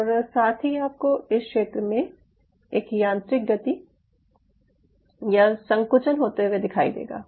और साथ ही आपको इस क्षेत्र में एक यांत्रिक गति या संकुचन होते हुए दिखाई देगा